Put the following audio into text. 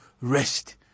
rest